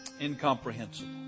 incomprehensible